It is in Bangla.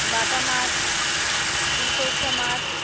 বাটা মাছ শিলতর্ষা মাছ